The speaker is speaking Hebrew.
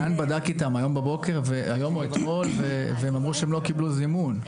חנן בדק איתם היום או אתמול והם אמרו שהם לא קיבלו זימון.